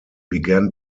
began